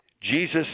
Jesus